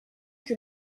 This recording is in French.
que